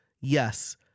Yes